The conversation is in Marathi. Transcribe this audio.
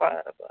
बरं बरं